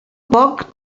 poc